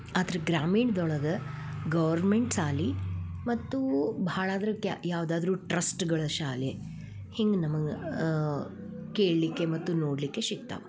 ಆದ್ರೆ ಗ್ರಾಮೀಣ್ದೊಳಗ ಗೌರ್ಮೆಂಟ್ ಶಾಲಿ ಮತ್ತು ಭಾಳಾದ್ರ ಗ್ಯಾ ಯಾವುದಾದರು ಟ್ರಸ್ಟ್ಗಳ ಶಾಲೆ ಹಿಂಗೆ ನಮಗೆ ಕೇಳ್ಲಿಕ್ಕೆ ಮತ್ತು ನೋಡಲ್ಲಿಕ್ಕೆ ಸಿಗ್ತವ